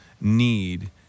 need